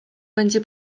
będzie